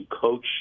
coach